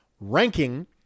ranking